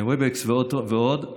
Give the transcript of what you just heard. Webex ועוד.